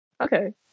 Okay